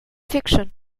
fiction